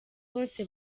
bose